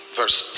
verse